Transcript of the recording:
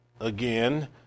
again